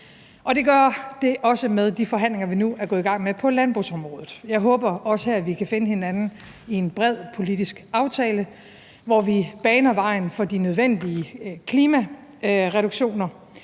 og det gør det også med de forhandlinger, vi nu er gået i gang med på landbrugsområdet. Jeg håber også her, at vi kan finde hinanden i en bred politisk aftale, hvor vi baner vejen for de nødvendige klimareduktioner